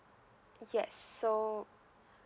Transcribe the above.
yes so